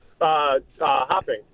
hopping